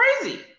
crazy